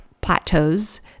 plateaus